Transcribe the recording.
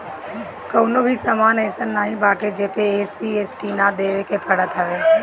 कवनो भी सामान अइसन नाइ बाटे जेपे जी.एस.टी ना देवे के पड़त हवे